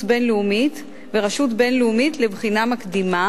בין-לאומית ורשות בין-לאומית לבחינה מקדימה